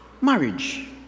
Marriage